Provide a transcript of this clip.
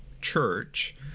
church